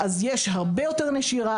אז יש הרבה יותר נשירה.